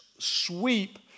Sweep